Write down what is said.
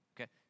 Okay